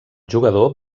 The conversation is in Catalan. jugador